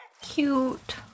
Cute